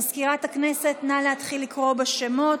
מזכירת הכנסת, נא להתחיל לקרוא בשמות.